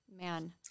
man